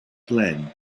glen